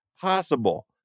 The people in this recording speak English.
possible